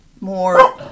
more